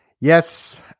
yes